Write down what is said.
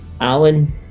Alan